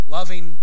Loving